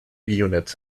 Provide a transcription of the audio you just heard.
units